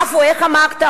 עפו, איך אמרת?